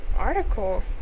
article